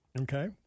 Okay